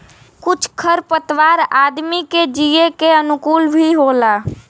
कुछ खर पतवार आदमी के जिये के अनुकूल भी होला